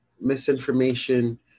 misinformation